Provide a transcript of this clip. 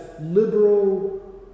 liberal